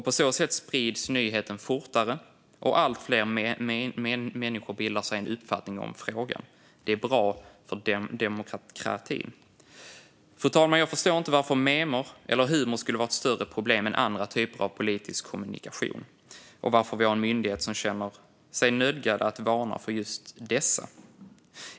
På så sätt sprids nyheten fortare, och allt fler människor bildar sig en uppfattning om frågan. Det är bra för demokratin. Fru talman! Jag förstår inte varför memer eller humor skulle vara ett större problem än andra typer av politisk kommunikation och varför vi har en myndighet som känner sig nödgad att varna för just detta.